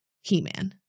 He-Man